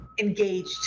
engaged